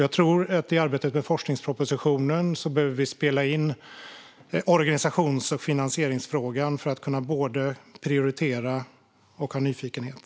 Jag tror att vi i arbetet med forskningspropositionen behöver spela in organisations och finansieringsfrågan för att både kunna prioritera och ha nyfikenhet.